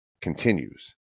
continues